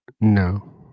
No